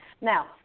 Now